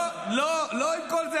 לא את כל זה.